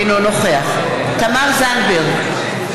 אינו נוכח תמר זנדברג,